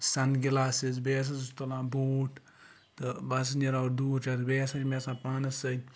سَن glasses بیٚیہِ ہَسا چھُس تُلان بوٗٹ تہٕ بہٕ ہَسا چھُس نیران اور دوٗر چَکرَس بیٚیہِ ہَسا چھُ مےٚ آسان پانَس سۭتۍ